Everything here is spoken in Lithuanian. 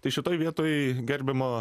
tai šitoj vietoj gerbiamo